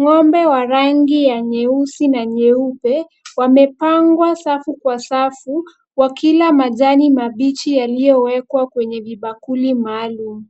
Ng'ombe wa rangi ya nyeusi na nyeupe wamepangwa safu kwa safu wakila majani mabichi yaliyowekwa kwenye vibakuli maalum.